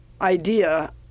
idea